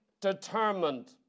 determined